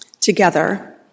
Together